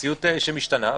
במציאות שמשתנה,